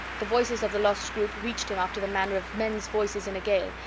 the voices of the lost group reached him after the manner of mens voices in a gale,